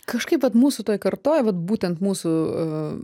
kažkaip vat mūsų toj kartoj vat būtent mūsų